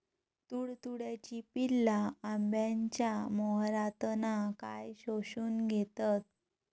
तुडतुड्याची पिल्ला आंब्याच्या मोहरातना काय शोशून घेतत?